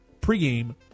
pregame